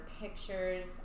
pictures